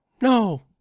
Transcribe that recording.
no